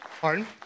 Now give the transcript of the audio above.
Pardon